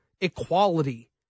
equality